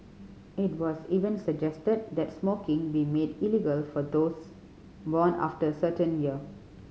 it was even suggested that smoking be made illegal for those born after a certain year